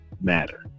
matter